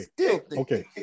okay